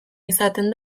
izaten